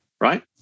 right